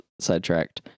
sidetracked